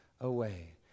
away